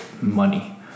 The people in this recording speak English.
money